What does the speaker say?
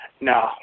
No